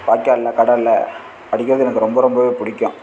வாய்காலில் கடலில் அடிக்கிறது எனக்கு ரொம்ப ரொம்பவே பிடிக்கும்